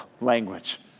language